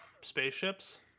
spaceships